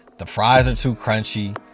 the fries are too crunchy,